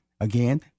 Again